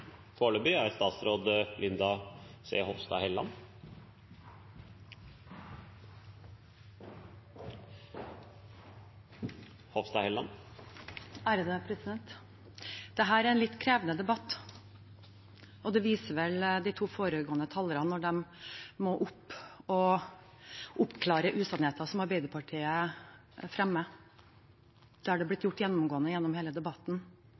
er en litt krevende debatt, og det viser vel de to foregående talerne, når de må oppklare usannheter som Arbeiderpartiet fremmer. Det har blitt gjort gjennomgående gjennom hele debatten.